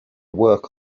work